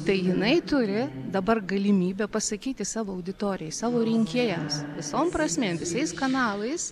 tai jinai turi dabar galimybę pasakyti savo auditorijai savo rinkėjams visom prasmėm visais kanalais